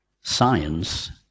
science